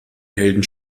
helden